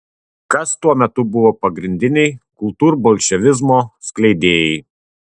kas tuo metu buvo pagrindiniai kultūrbolševizmo skleidėjai